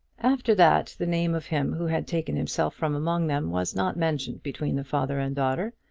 after that the name of him who had taken himself from among them was not mentioned between the father and daughter,